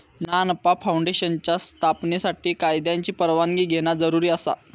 ना नफा फाऊंडेशनच्या स्थापनेसाठी कायद्याची परवानगी घेणा जरुरी आसा